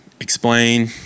explain